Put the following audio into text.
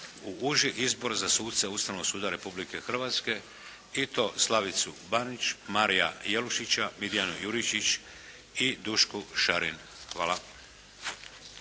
u uži izbor za suce Ustavnog suda Republike Hrvatske i to Slavicu Banić, Marija Jelušića, Mirjanu Jurišić i Dušku Šarin. Hvala.